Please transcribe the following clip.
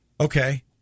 Okay